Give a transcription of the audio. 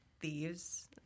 Thieves